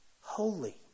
holy